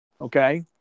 Okay